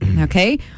Okay